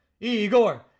Igor